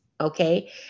okay